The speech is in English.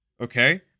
okay